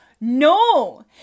No